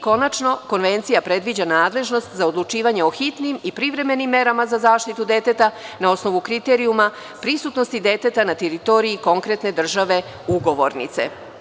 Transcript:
Konačno Konvencija predviđa nadležnost za odlučivanje o hitnim i privremenim merama za zaštitu deteta na osnovu kriterijuma pristupnosti deteta na teritoriji konkretne države ugovornice.